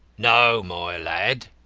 no, my lad,